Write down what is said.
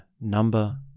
number